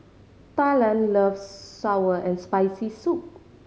Talan loves sour and Spicy Soup